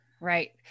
Right